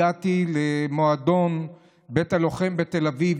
הגעתי למועדון בית הלוחם בתל אביב.